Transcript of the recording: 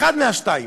אחת מהשתיים: